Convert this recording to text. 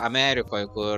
amerikoj kur